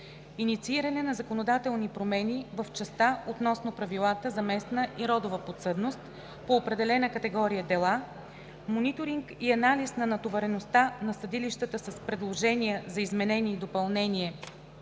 иницииране на законодателни промени в частта относно правилата за местна и родова подсъдност по определена категория дела, мониторинг и анализ на натовареността на съдилищата с предложения за изменения и допълнение